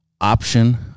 option